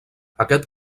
aquest